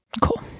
Cool